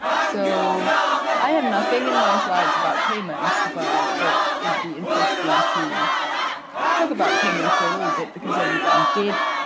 so i have nothing in my slides about payments but i thought it'd be interesting to talk about payments for a and little bit because everyone did.